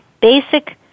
basic